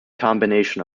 combination